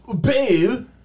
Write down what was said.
babe